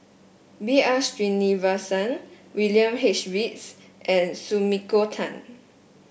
B R Sreenivasan William H Reads and Sumiko Tan